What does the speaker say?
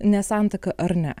nesantaiką ar ne